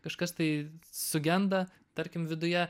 kažkas tai sugenda tarkim viduje